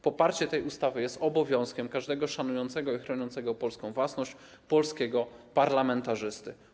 Poparcie tej ustawy jest obowiązkiem każdego szanującego i chroniącego polską własność polskiego parlamentarzysty.